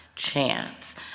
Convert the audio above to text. chance